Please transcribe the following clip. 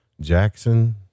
Jackson